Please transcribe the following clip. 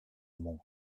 monde